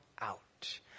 out